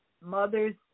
mother's